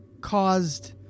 caused